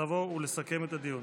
לבוא ולסכם את הדיון.